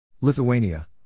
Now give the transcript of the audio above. Lithuania